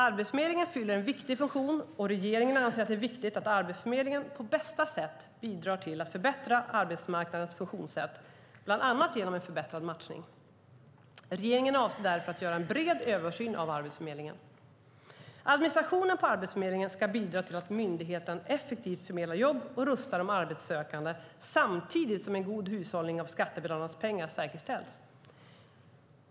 Arbetsförmedlingen fyller en viktig funktion, och regeringen anser att det är viktigt att Arbetsförmedlingen på bästa sätt bidrar till att förbättra arbetsmarknadens funktionssätt - bland annat genom en förbättrad matchning. Regeringen avser därför att göra en bred översyn av Arbetsförmedlingen. Administrationen på Arbetsförmedlingen ska bidra till att myndigheten effektivt förmedlar jobb och rustar de arbetssökande samtidigt som en god hushållning av skattebetalarnas pengar säkerställs.